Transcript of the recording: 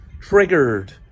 triggered